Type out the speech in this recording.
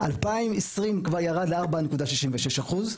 2020 כבר ירד ל-4.66%.